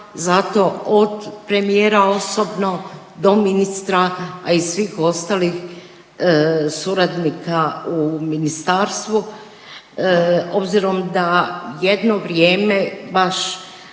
za to od premijera osobno do ministra, a i svih ostalih suradnika u ministarstvu obzirom da jedno vrijeme baš